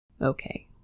Okay